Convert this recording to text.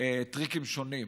טריקים שונים.